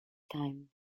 time